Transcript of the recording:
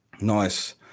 Nice